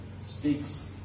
speaks